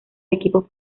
equipos